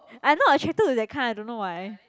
I not attracted to that kind I don't know why